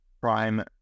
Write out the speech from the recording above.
prime